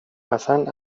اصن